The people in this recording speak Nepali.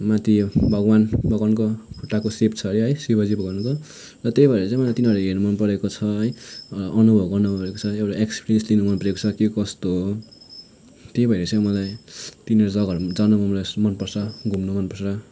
माथि यो भगवान् भगवान्को खुट्टाको सेप छ अरे है शिवजी भगवान्को र त्यही भएर चाहिँ मलाई तिनीहरू हेर्नु मन परेको छ है अनुभव गर्न मन परेको छ एउटा एक्सपिरियन्स लिनु मन परेको छ के कस्तो हो त्यही भएर चाहिँ मलाई तिनीहरू जग्गाहरूमा जानु मन मन पर्छ घुम्नु मन पर्छ